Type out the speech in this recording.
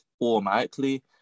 automatically